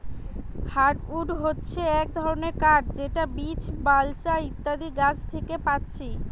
hardwood হচ্ছে এক ধরণের কাঠ যেটা বীচ, বালসা ইত্যাদি গাছ থিকে পাচ্ছি